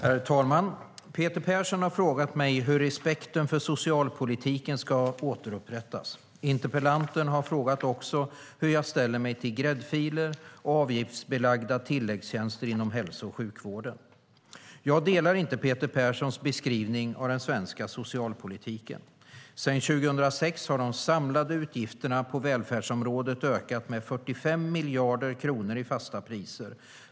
Herr talman! Peter Persson har frågat mig hur respekten för socialpolitiken ska återupprättas. Interpellanten har också frågat hur jag ställer mig till gräddfiler och avgiftsbelagda tilläggstjänster inom hälso och sjukvården. Jag delar inte Peter Perssons beskrivning av den svenska socialpolitiken. Sedan 2006 har de samlade utgifterna på välfärdsområdet ökat med 45 miljarder kronor i fasta priser.